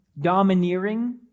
domineering